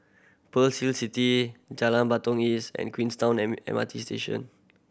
Pearl City Jalan Batalong East and Queenstown M R T Station